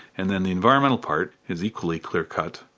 and then the environmental part is equally clear-cut,